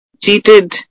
cheated